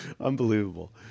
Unbelievable